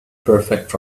perfect